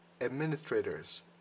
administrators